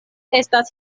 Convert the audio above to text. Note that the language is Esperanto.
estas